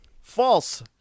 False